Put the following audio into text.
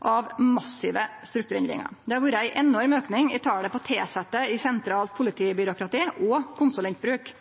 enorm auke i talet på tilsette i sentralt politibyråkrati og konsulentbruk.